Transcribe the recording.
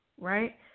right